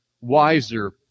wiser